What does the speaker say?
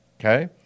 Okay